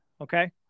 Okay